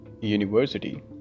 university